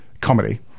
comedy